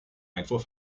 einfuhr